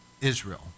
Israel